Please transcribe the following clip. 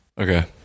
Okay